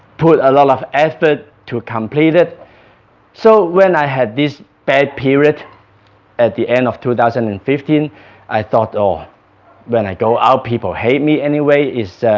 put a lot of effort to complete it so when i had this bad period at the end of two thousand and fifteen i thought oh when i go out people hate me anyway it's